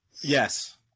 Yes